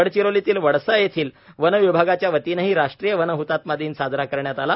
गडचिरोलितील वडसा येथील वनविभागाच्यावतीनेही राष्ट्रीय वन हतात्मा दिन साजरा करण्यात आला